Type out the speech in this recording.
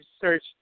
search